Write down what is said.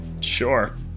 Sure